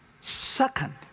Second